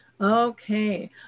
Okay